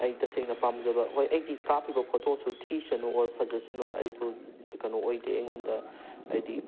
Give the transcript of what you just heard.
ꯑꯩ ꯇꯁꯦꯡꯅ ꯄꯥꯝꯖꯕ ꯍꯣꯏ ꯑꯩꯒꯤ ꯀꯥꯞꯄꯤꯕ ꯐꯣꯇꯣꯁꯨ ꯊꯤꯁꯅꯨ ꯑꯣꯔ ꯐꯖꯁꯅꯨ ꯑꯩꯗꯣ ꯀꯩꯅꯣ ꯑꯣꯏꯗꯦ ꯑꯩꯉꯣꯟꯗ ꯍꯥꯏꯗꯤ